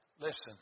Listen